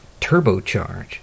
turbocharge